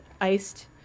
iced